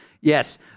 Yes